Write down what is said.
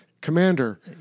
Commander